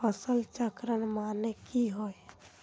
फसल चक्रण माने की होय?